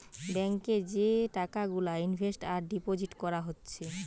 bank এ যে টাকা গুলা ইনভেস্ট আর ডিপোজিট কোরা হচ্ছে